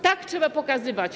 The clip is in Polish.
To trzeba pokazywać.